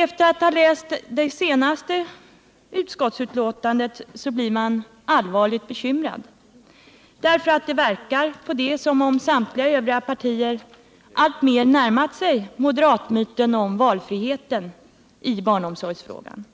Efter att ha läst utskottets betänkande blir man allvarligt bekymrad, därför att det verkar där som om samtliga övriga partier alltmer närmat sig moderatmyten om ”valfriheten” i barnomsorgsfrågan.